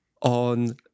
on